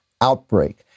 outbreak